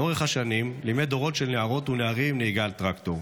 לאורך השנים לימד דורות של נערות ונערים נהיגה על טרקטור.